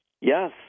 Yes